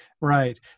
right